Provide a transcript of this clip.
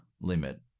limit